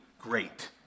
great